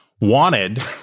wanted